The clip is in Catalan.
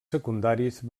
secundaris